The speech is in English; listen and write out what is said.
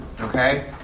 Okay